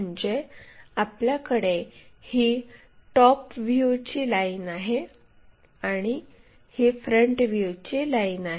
म्हणजे आपल्याकडे ही टॉप व्ह्यूची लाईन आहे आणि ही फ्रंट व्ह्यूची लाईन आहे